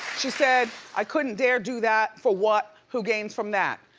she said, i couldn't dare do that. for what? who gains from that?